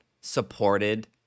supported